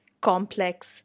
complex